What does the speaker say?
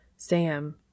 Sam